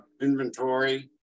inventory